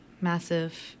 massive